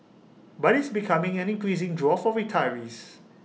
but is becoming an increasing draw for retirees